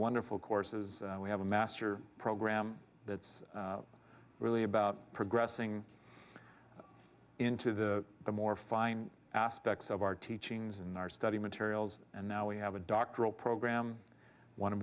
wonderful courses we have a master program that's really about progressing into the the more fine aspects of our teachings in our study materials and now we have a doctoral program one